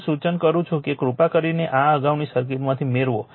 હું સૂચન કરું છું કે કૃપા કરીને આ અગાઉની સર્કિટમાંથી મેળવો